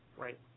right